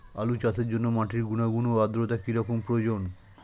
আলু চাষের জন্য মাটির গুণাগুণ ও আদ্রতা কী রকম প্রয়োজন?